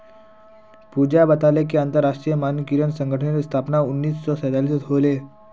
पूजा बताले कि अंतरराष्ट्रीय मानकीकरण संगठनेर स्थापना उन्नीस सौ सैतालीसत होले